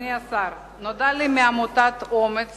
אדוני השר, נודע לי מעמותת אומ"ץ